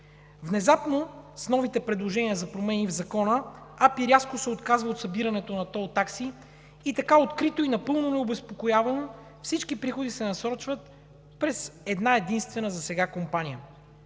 Внезапно с новите предложения за промени в Закона Агенция „Пътна инфраструктура“ рязко се отказва от събирането на тол такси и така открито и напълно необезпокоявано всички приходи се насочват през една единствена засега компания.